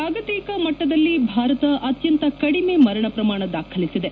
ಜಾಗತಿಕ ಮಟ್ಟದಲ್ಲಿ ಭಾರತ ಅತ್ಯಂತ ಕಡಿಮೆ ಮರಣ ಪ್ರಮಾಣ ದಾಖಲಿಸಿದೆ